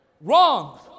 Wrong